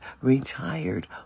Retired